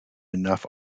enough